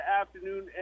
afternoon